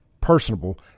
personable